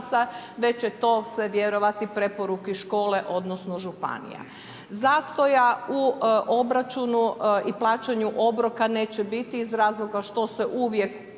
već će to se vjerovati preporuke škole odnosno županija. Zastoja u obračunu i plaćanju obroka neće biti iz razloga što se uvijek